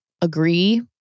agree